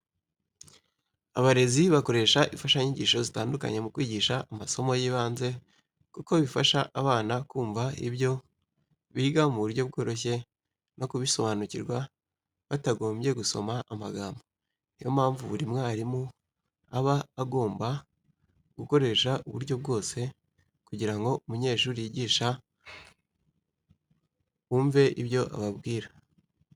Abarezi bakoresha imfashanyigisho zitandikanye mu kwigisha amasomo y'ibanze kuko bifasha abana kumva ibyo biga mu buryo bworoshye no kubisobanukirwa batagombye gusoma amagambo. Niyo mpamvu buri mwarimu aba agomba gukoresha uburyo bwose kugira ngo abanyeshuri yigisha bumve ibyo ababwira.